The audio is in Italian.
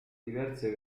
diverse